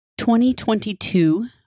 2022